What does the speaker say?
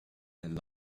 and